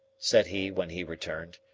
said he when he returned.